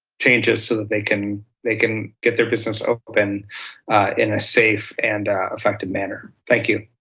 changes so that they can they can get their business open in a safe and effective manner. thank you.